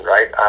Right